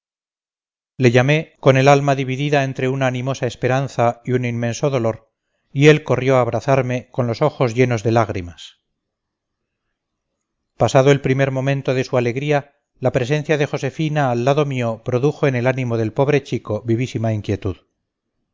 le llamé con el alma dividida entre una animosa esperanza y un inmenso dolor y él corrió a abrazarme con los ojos llenos de lágrimas pasado el primer momento de su alegría la presencia de josefina al lado mío produjo en el ánimo del pobre chico vivísima inquietud